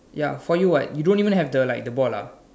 ya for you what you don't even have the like the ball lah